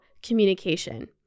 communication